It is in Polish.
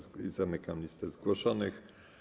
Zamykam listę zgłoszonych.